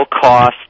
cost